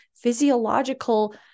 physiological